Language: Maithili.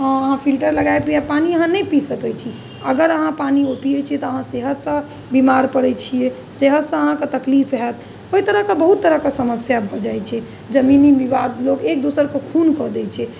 अहाँ फिल्टर लगा पानि अहाँ नहि पी सकै छी अगर अहाँ पानि ओ पिए छिए तऽ अहाँ सेहतसँ बीमार पड़ै छिए सेहतसँ अहाँके तकलीफ हैत ओहि तरहके बहुत तरहके समस्या भऽ जाइ छै जमीनी विवाद लोक एक दोसरके खून कऽ दै छै